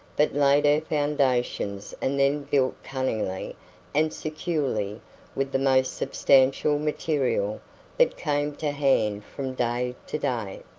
but laid her foundations and then built cunningly and securely with the most substantial material that came to hand from day to day.